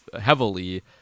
heavily